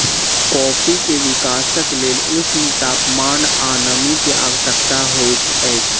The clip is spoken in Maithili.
कॉफ़ी के विकासक लेल ऊष्ण तापमान आ नमी के आवश्यकता होइत अछि